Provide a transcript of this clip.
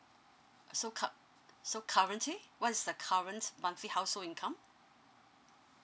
so cur~ so currently what is the current monthly household income